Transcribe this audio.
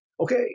okay